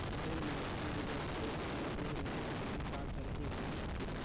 जेन मइनसे मन जग खेत खाएर नी रहें ओमन का करहीं गाँव कती